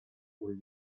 were